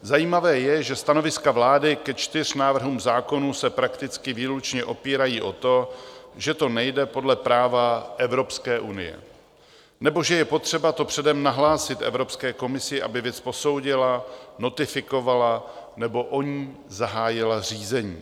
Zajímavé je, že stanoviska vlády ke čtyřem návrhům zákonů se prakticky výlučně opírají o to, že to nejde podle práva Evropské unie nebo že je potřeba to předem nahlásit Evropské komisi, aby věc posoudila, notifikovala nebo o ní zahájila řízení.